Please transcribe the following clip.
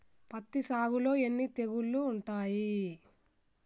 పత్తి సాగులో ఎన్ని తెగుళ్లు ఉంటాయి?